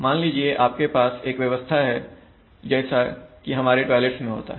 मान लीजिए आपके पास एक व्यवस्था है जैसा कि हमारे टॉयलेट्स में होता है